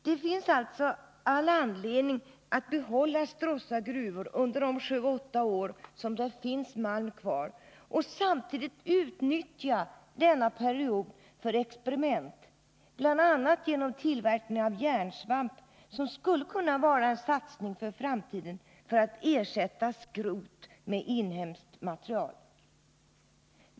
Det finns alltså all anledning att behålla Stråssa gruva under de sju åtta år som där finns malm kvar och samtidigt utnyttja denna period för experiment, bl.a. genom tillverkning av järnsvamp, som skulle kunna vara en satsning för framtiden för att ersätta skrot med inhemskt material.